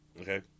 okay